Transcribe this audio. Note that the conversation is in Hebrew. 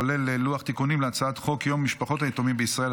כולל לוח תיקונים להצעת חוק יום משפחות היתומים בישראל,